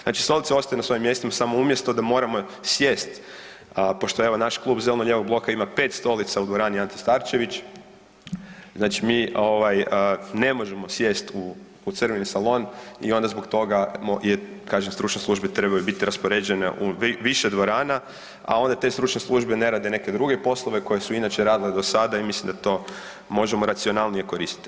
Znači stolice ostaju na svojim mjestima, samo umjesto da moramo sjesti pošto evo, naš Klub zastupnika zeleno-lijevog bloka ima 5 stolica u dvorani „Ante Starčević“, znači mi ne možemo sjesti u „crveni salon“ i onda zbog toga je, kažem, stručne službe trebaju biti raspoređene u više dvorana, a onda te stručne službe ne rade neke druge poslove koje su inače radile do sada i mislim da to možemo racionalnije koristiti.